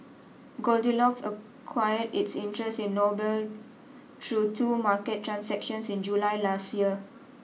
goldilocks acquired its interest in Noble through two market transactions in July last year